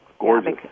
gorgeous